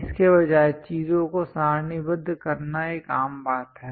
इसके बजाय चीजों को सारणीबद्ध करना एक आम बात है